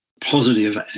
positive